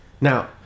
Now